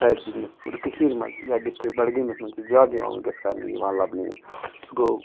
side business پوٗرٕ کشیٖرِ منٛز یا ڈِسٹرک بَڈگٲمِس مَنٛز چھ زیادٕ یِوان ونکٮ۪س کَرنہٕ یہِ یِوان لَبنہٕ یہِ سُہ گوٚو